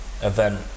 event